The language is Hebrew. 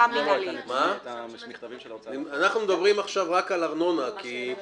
אנחנו מדברים עכשיו רק על ארנונה, אנחנו